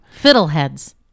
Fiddleheads